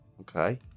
Okay